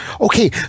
Okay